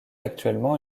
actuellement